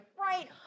right